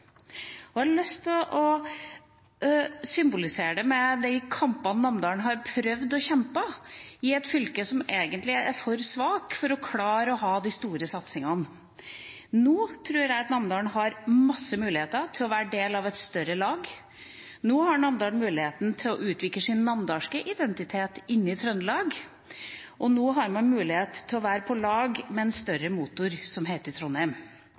sjanse. Jeg har lyst til å symbolisere det med de kampene som Namdalen har prøvd å kjempe i et fylke som egentlig er for svakt til å klare de store satsningene. Nå tror jeg at Namdalen har masse muligheter til å være en del av et større lag. Nå har Namdalen muligheten til å utvikle sin namdalske identitet inne i Trøndelag, og nå har man muligheten til å være på lag med en større motor, som heter Trondheim. Det har vært en holdning, spesielt i